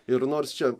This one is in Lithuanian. ir nors čia